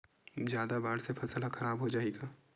जादा बाढ़ से फसल ह खराब हो जाहि का?